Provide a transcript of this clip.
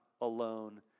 alone